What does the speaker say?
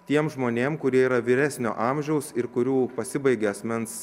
tiem žmonėm kurie yra vyresnio amžiaus ir kurių pasibaigė asmens